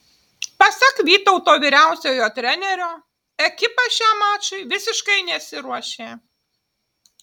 pasak vytauto vyriausiojo trenerio ekipa šiam mačui visiškai nesiruošė